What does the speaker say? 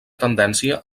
tendència